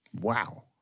wow